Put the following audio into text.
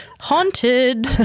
Haunted